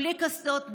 בלי קסדות,